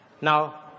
Now